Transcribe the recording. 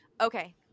okay